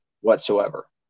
whatsoever